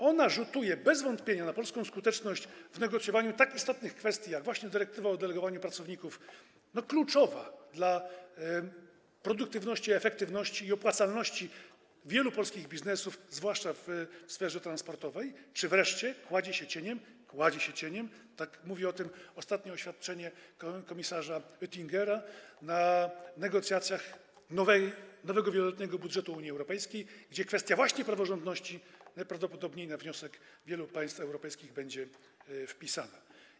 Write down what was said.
Ona rzutuje bez wątpienia na polską skuteczność w negocjowaniu tak istotnych kwestii, jak właśnie dyrektywa o delegowaniu pracowników, kluczowa dla produktywności i efektywności, i opłacalności wielu polskich biznesów, zwłaszcza w sferze transportowej, czy wreszcie kładzie się cieniem - tak mówi o tym ostatnie oświadczenie komisarza Oettingera - na negocjacjach nowego wieloletniego budżetu Unii Europejskiej, gdzie kwestia właśnie praworządności najprawdopodobniej na wniosek wielu państw europejskich będzie wpisana.